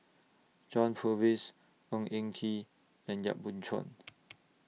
John Purvis Ng Eng Kee and Yap Boon Chuan